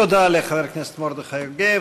תודה לחבר הכנסת מרדכי יוגב.